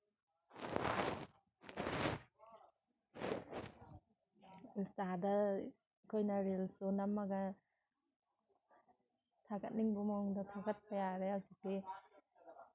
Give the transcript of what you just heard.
ꯏꯟꯁꯇꯥꯗ ꯑꯩꯈꯣꯏꯅ ꯔꯤꯜꯁꯨ ꯅꯝꯃꯒ ꯊꯥꯒꯠꯅꯤꯡꯕ ꯃꯑꯣꯡꯗ ꯊꯥꯒꯠꯄ ꯌꯥꯔꯦ ꯍꯧꯖꯤꯛꯇꯤ